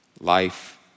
life